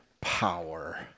power